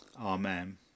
Amen